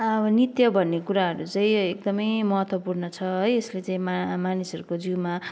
अब नृत्य भन्ने कुराहरू चाहिँ एकदमै महत्त्वपूर्ण छ है यसले चाहिँ मा मानिसहरूको जिउमा